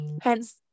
Hence